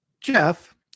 Jeff